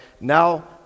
Now